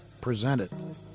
presented